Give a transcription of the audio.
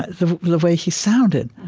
the way he sounded.